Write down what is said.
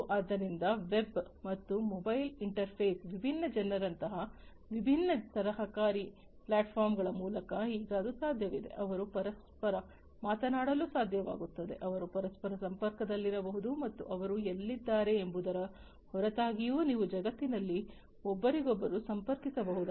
ಆದ್ದರಿಂದ ವೆಬ್ ಮತ್ತು mobile interface ವಿಭಿನ್ನ ಜನರಂತಹ ವಿಭಿನ್ನ ಸಹಕಾರಿ ಪ್ಲಾಟ್ಫಾರ್ಮ್ಗಳ ಮೂಲಕ ಈಗ ಅದು ಸಾಧ್ಯವಿದೆ ಅವರು ಪರಸ್ಪರ ಮಾತನಾಡಲು ಸಾಧ್ಯವಾಗುತ್ತದೆ ಅವರು ಪರಸ್ಪರ ಸಂಪರ್ಕದಲ್ಲಿರಬಹುದು ಮತ್ತು ಅವರು ಎಲ್ಲಿದ್ದಾರೆ ಎಂಬುದರ ಹೊರತಾಗಿಯೂ ನೀವು ಜಗತ್ತಿನಲ್ಲಿ ಒಬ್ಬರಿಗೊಬ್ಬರು ಸಂಪರ್ಕಿಸಬಹುದಾದ